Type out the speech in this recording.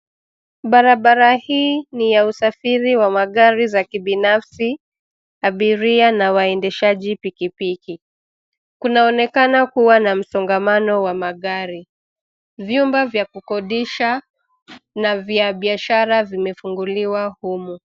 Barabara hii ni ya usafiri wa magari za kibinafisi, abiria na waindeshaji pikipiki. Kunaonekana kuwa na msongamano wa magari. Viumba vya kukodisha na vya biashara vimefunguliwa humu.